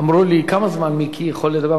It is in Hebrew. אמרו לי: כמה זמן מיקי יכול לדבר.